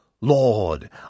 Lord